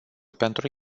pentru